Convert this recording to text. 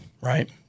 right